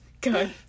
good